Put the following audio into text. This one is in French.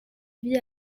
vies